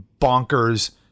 bonkers